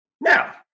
Now